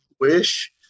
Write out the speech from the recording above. wish